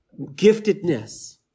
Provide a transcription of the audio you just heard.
giftedness